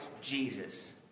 Jesus